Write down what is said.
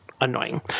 annoying